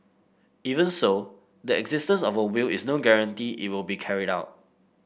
even so the existence of a will is no guarantee it will be carried out